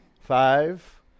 Five